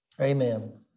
Amen